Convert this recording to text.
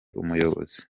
umuyobozi